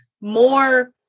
more